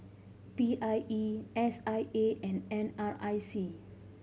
P I E S I A and N R I C